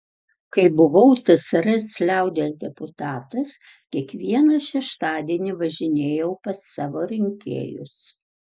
kai buvau tsrs liaudies deputatas kiekvieną šeštadienį važinėjau pas savo rinkėjus